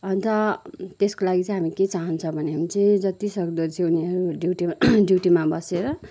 अन्त त्यसको लागि चाहिँ हामी के चहान्छौँ भने चाहिँ जति सक्दो चाहिँ उनीहरू ड्युटीमा ड्युटीमा बसेर